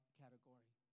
category